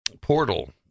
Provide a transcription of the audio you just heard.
portal